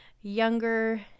younger